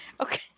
Okay